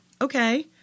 Okay